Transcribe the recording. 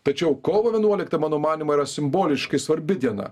tačiau kovo vienuolikta mano manymu yra simboliškai svarbi diena